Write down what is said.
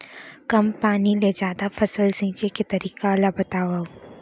कम पानी ले जादा फसल सींचे के तरीका ला बतावव?